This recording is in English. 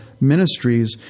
ministries